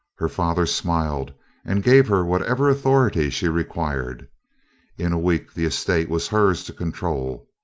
her father smiled and gave her whatever authority she required in a week the estate was hers to control.